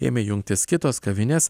ėmė jungtis kitos kavinės